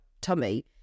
tummy